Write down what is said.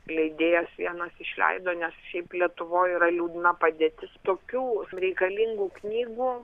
leidėjas vienas išleido nes šiaip lietuvoj yra liūdna padėtis tokių reikalingų knygų